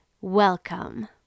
welcome